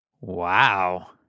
Wow